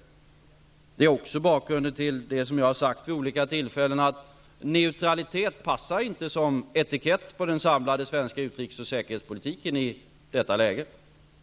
De förändringar som har ägt rum är också bakgrunden till det som jag har sagt vid olika tillfällen, nämligen att neutralitet inte passar som etikett på den samlade svenska utrikes och säkerhetspolitiken i detta läge.